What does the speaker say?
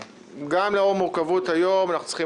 גם לאור מורכבות היום שבו אנחנו צריכים